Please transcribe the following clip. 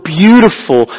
beautiful